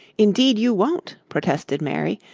indeed you won't, protested mary.